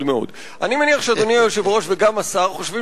אני מניח שאדוני היושב-ראש וגם השר חושבים